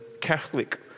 Catholic